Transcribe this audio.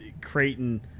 Creighton